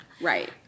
Right